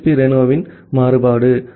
B ரெனோவின் மாறுபாடு ஆகும்